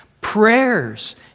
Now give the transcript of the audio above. prayers